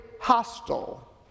hostile